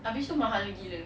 habis tu mahal gila